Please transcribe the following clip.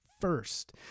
first